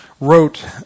wrote